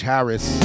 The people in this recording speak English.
Harris